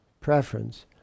preference